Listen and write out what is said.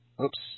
Oops